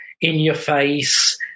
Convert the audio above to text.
in-your-face